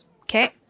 Okay